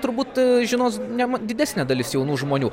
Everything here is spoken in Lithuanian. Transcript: turbūt žinos ne didesnė dalis jaunų žmonių